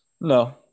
No